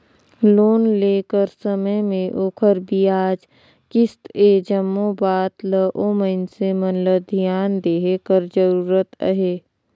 loan लेय कर समे में ओखर बियाज, किस्त ए जम्मो बात ल ओ मइनसे मन ल धियान देहे कर जरूरत अहे